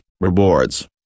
rewards